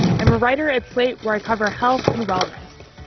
i'm a writer at slate, where i cover health and wellness.